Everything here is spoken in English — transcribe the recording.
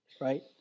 right